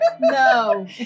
No